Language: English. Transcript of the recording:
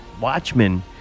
Watchmen